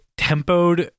tempoed